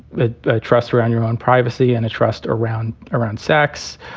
ah trust around your own privacy and a trust around around sex.